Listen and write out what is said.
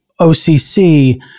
OCC